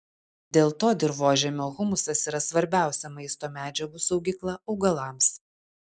dėl to dirvožemio humusas yra svarbiausia maisto medžiagų saugykla augalams